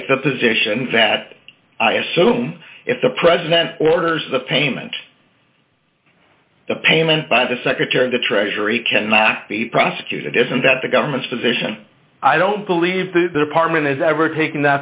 take the position that i assume if the president orders the payment a payment by the secretary of the treasury cannot be prosecuted isn't that the government's position i don't believe the department has ever taken